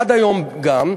עד היום גם.